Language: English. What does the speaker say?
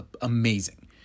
amazing